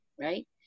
Right